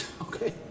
Okay